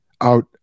out